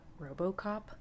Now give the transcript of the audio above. RoboCop